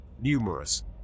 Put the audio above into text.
numerous